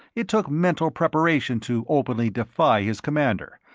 it took mental preparation to openly defy his commander,